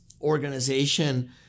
organization